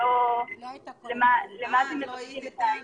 לא שומעים אותך,